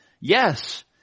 yes